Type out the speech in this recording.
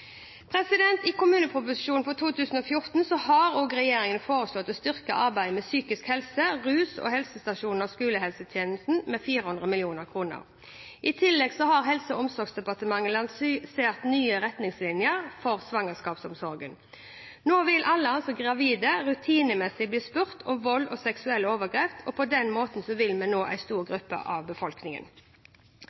I kommuneproposisjonen for 2014 har regjeringen også foreslått å styrke arbeidet med psykisk helse, rus og helsestasjons- og skolehelsetjenesten med 400 mill. kr. I tillegg har Helse- og omsorgsdepartementet lansert nye retningslinjer for svangerskapsomsorgen. Nå vil alle gravide rutinemessig bli spurt om vold og seksuelle overgrep. På den måten vil vi nå en stor gruppe av befolkningen.